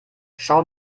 schau